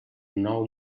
nou